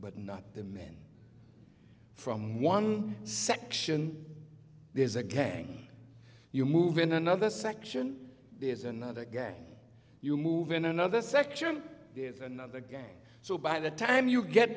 but not the men from one section there's a gang you move in another section there's another guy you move in another section there's another gang so by the time you get